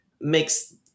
makes